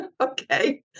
okay